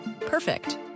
Perfect